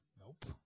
Nope